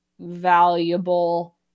valuable